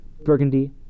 Burgundy